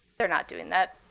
they're not doing that.